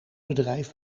bedrijf